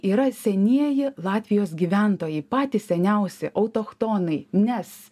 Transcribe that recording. yra senieji latvijos gyventojai patys seniausi autochtonai nes